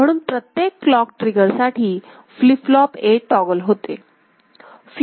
म्हणून प्रत्येक क्लॉक ट्रिगरसाठी फ्लीप फ्लोप A टॉगल होते